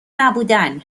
نبودن